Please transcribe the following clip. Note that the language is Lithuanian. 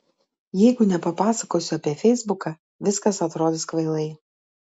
jeigu nepapasakosiu apie feisbuką viskas atrodys kvailai